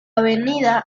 avenida